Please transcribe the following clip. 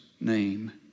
name